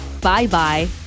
Bye-bye